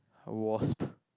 was